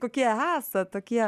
kokie esat tokie